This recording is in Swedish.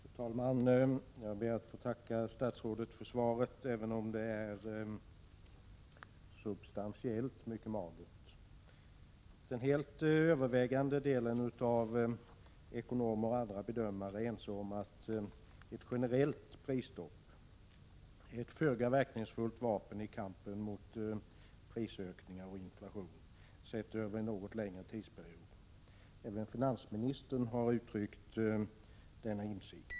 Fru talman! Jag ber att få tacka statsrådet för svaret, även om det substantiellt är mycket magert. Den helt övervägande delen av ekonomer och andra bedömare är ense om att ett generellt prisstopp är ett föga verkningsfullt vapen i kampen mot prisökningar och inflation sett över en något längre tidsperiod. Även finansministern har gett uttryck för denna insikt.